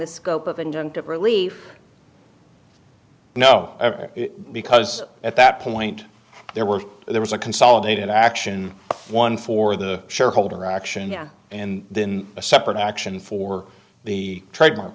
the scope of injunctive relief no because at that point there were there was a consolidated action one for the shareholder auction and then a separate action for the trademark